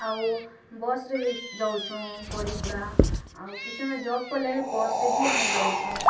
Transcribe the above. ଆଉ ବସ୍ରେ ବି ଯାଉଛୁ ପଡ଼ିପୁଡ଼ା ଆଉ କିଛୁ ନଏ ଜବ୍ କଲେବି ବସ୍ରେ ହିଁ ଆମେ ଯାଉଛୁ